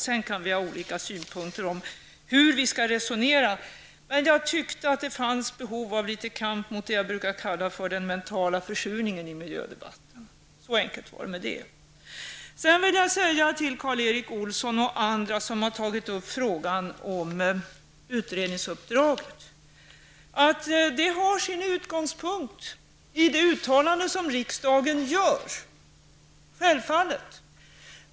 Sedan kan vi ha olika synpunkter på hur vi skall resonera. Men jag tyckte att det fanns behov av litet kamp mot det jag brukar kalla för den mentala försurningen i miljödebatten. Så enkelt var det med det. Till Karl Erik Olsson och andra som har tagit upp frågan om utredningsuppdraget vill jag säga att detta självfallet har sin utgångspunkt i det uttalande som riksdagen gör.